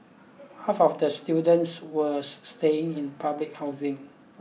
half of the students was staying in public housing